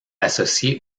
associé